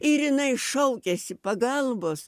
ir jinai šaukiasi pagalbos